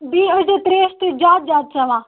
بِیٚیہِ ٲس زیٚو تریش تُہۍ زیادِ زیادِ چیٚوان